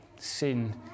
sin